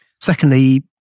Secondly